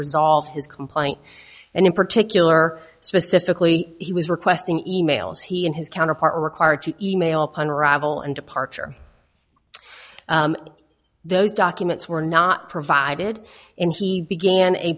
resolve his complaint and in particular specifically he was requesting e mails he and his counterpart require to e mail pun arrival and departure those documents were not provided in he began a